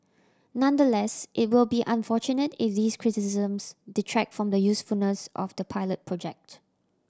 nonetheless it will be unfortunate if these criticisms detract from the usefulness of the pilot project